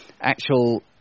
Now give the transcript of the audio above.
actual